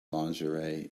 lingerie